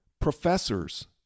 professors